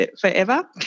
forever